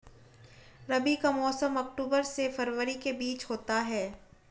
रबी का मौसम अक्टूबर से फरवरी के बीच होता है